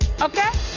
okay